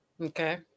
Okay